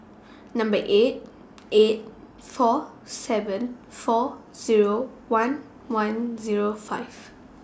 Number eight eight four seven four Zero one one Zero five